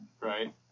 right